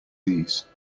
these